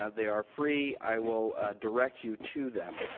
ah they are free. i will direct you to them.